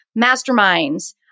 masterminds